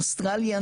אוסטרליה,